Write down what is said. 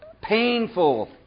Painful